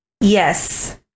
Yes